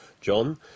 John